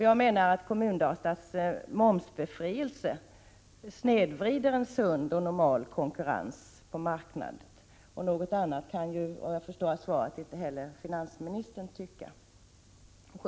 Jag menar att Kommun-Datas momsbefrielse snedvrider en sund och normal konkurrens på marknaden. Något annat kan inte heller finansministern tycka, såvitt jag förstår av svaret.